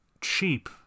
cheap